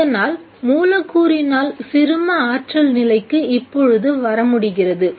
இதனால் மூலக்கூறினால் சிறும ஆற்றல் நிலைக்கு இப்பொழுது வர முடிகிறது